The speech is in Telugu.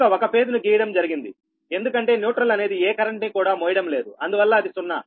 కనుక ఒక ఫేజ్ ను గీయడం జరిగింది ఎందుకంటే న్యూట్రల్ అనేది ఏ కరెంట్ ని కూడా మోయడం లేదు అందువల్ల అది 0